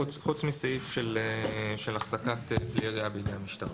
חוץ מסעיף של החזקת כלי ירייה בידי המשטרה.